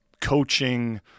coaching